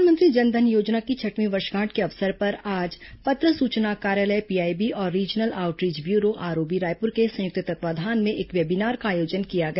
प्रधानमंत्री जन धन योजना की छठवीं वर्षगांठ के अवसर पर आज पत्र सूचना कार्यालय पीआईबी और regional outreach bureau ROB Raipur के संयुक्त तत्वावधान में एक वेबीनार का आयोजन किया गया